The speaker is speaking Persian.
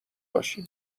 باشیم